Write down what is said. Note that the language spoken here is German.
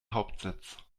hauptsitz